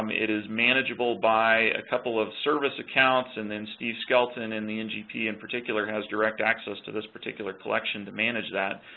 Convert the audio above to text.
um it is manageable by a couple of service accounts and then steve skelton in the ngp in particular has direct access to this particular collection to manage that.